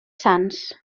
sants